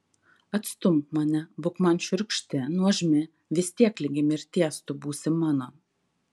atstumk mane būk man šiurkšti nuožmi vis tiek ligi mirties tu būsi mano